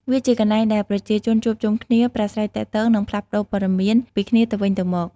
វាជាកន្លែងដែលប្រជាជនជួបជុំគ្នា ប្រាស្រ័យទាក់ទង និងផ្លាស់ប្តូរព័ត៌មានពីគ្នាទៅវិញទៅមក។